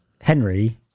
henry